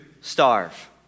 starve